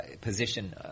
position